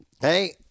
Hey